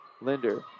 Linder